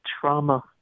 trauma